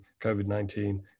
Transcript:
COVID-19